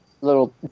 little